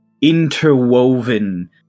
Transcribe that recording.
interwoven